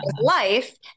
life